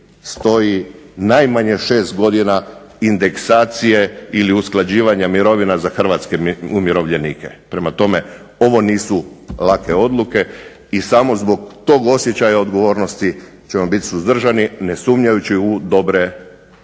stoji najmanje 6 godina indeksacije ili usklađivanja mirovina za hrvatske umirovljenike, prema tome ovo nisu lake odluke i samo zbog tog osjećaja odgovornosti ćemo biti suzdržani, ne sumnjajući u dobre namjere,